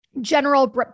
general